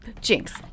Jinx